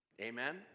Amen